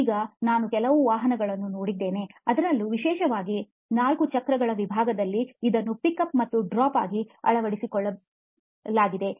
ಈಗ ನಾನು ಕೆಲವು ವಾಹನಗಳನ್ನು ನೋಡಿದ್ದೇನೆ ಅದರಲ್ಲೂ ವಿಶೇಷವಾಗಿ ನಾಲ್ಕು ಚಕ್ರಗಳ ವಿಭಾಗದಲ್ಲಿ ಇದನ್ನು ಪಿಕ್ ಅಪ್ ಮತ್ತು ಡ್ರಾಪ್ ಆಗಿ ಅಳವಡಿಸಿಕೊಳ್ಳಲಾಗಿದೆ